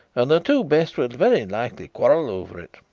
and the two best will very likely quarrel over it.